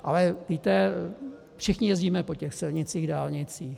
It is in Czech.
Ale víte, všichni jezdíme po těch silnicích a dálnicích.